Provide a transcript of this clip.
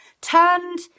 turned